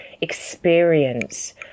experience